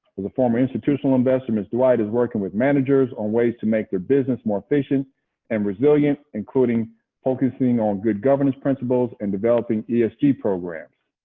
a former institutional investor, ms. dwight is working with managers on ways to make their business more efficient and resilient, including focusing on good governance principles and developing esg programs.